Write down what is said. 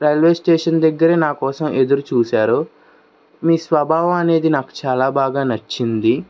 railway station దగ్గరే నాకోసం ఎదురు చూశారు మీ స్వభావం అనేది నాకు చాలా బాగా నచ్చింది